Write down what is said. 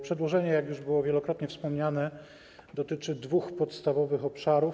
Przedłożenie, jak już było wielokrotnie wspomniane, dotyczy dwóch podstawowych obszarów.